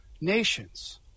nations